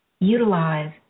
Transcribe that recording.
utilize